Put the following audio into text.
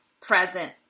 present